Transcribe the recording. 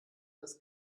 das